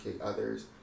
others